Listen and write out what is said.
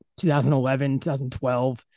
2011-2012